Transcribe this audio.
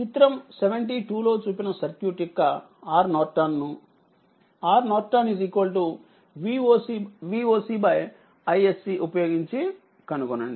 చిత్రం 72 లో చూపిన సర్క్యూట్ యొక్క RN ను RN VOCiSC ఉపయోగించి కనుగొనండి